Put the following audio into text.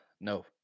No